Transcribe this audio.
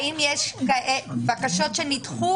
האם יש בקשות שנדחו,